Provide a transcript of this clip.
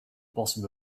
bottom